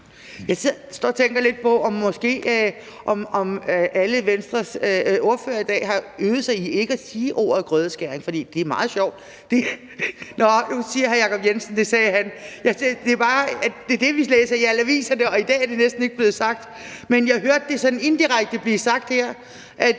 og tænker lidt på, om alle Venstres ordførere måske har øvet sig i ikke at sige ordet grødeskæring i dag – nå, nu siger hr. Jacob Jensen, at det sagde han. Men det er meget sjovt, for det er det, vi læser i alle aviserne, og i dag er det næsten ikke blevet sagt. Men jeg hørte det sådan indirekte blive sagt her,